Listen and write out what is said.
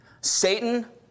Satan